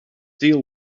deal